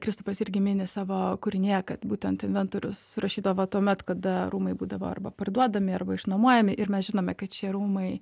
kristupas irgi mini savo kūrinyje kad būtent inventorius surašydavo tuomet kada rūmai būdavo arba parduodami arba išnuomojami ir mes žinome kad šie rūmai